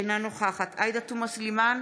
אינה נוכחת עאידה תומא סלימאן,